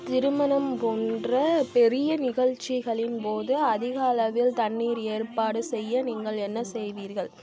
திருமணம் போன்ற பெரிய நிகழ்ச்சிகளின் போது அதிக அளவில் தண்ணீர் ஏற்பாடு செய்ய நீங்கள் என்ன செய்வீர்கள்